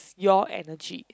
your energy